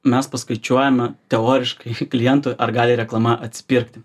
mes paskaičiuojame teoriškai klientui ar gali reklama atsipirkti